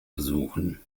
besuchen